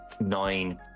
nine